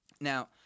Now